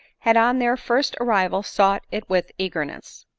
had on their first arrival sought it with eagerness.